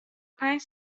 پنج